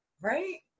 right